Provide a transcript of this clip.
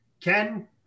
Ken